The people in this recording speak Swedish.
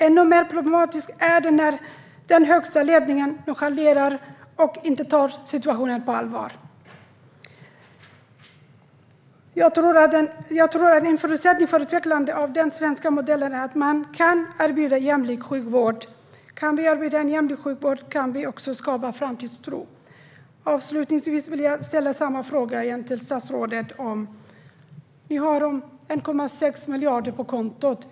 Ännu mer problematiskt blir det när den högsta ledningen nonchalerar situationen och inte tar den på allvar. En förutsättning för att utveckla den svenska modellen är att man kan erbjuda en jämlik sjukvård. Kan vi erbjuda en jämlik sjukvård kan vi också skapa framtidstro. Avslutningsvis vill jag ställa samma fråga till statsrådet igen. Nu finns det 1,6 miljarder på kontot.